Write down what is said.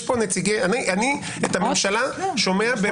אני את הממשלה שומע.